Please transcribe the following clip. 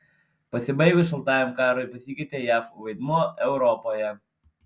pasibaigus šaltajam karui pasikeitė jav vaidmuo europoje